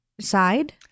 side